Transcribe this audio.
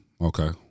okay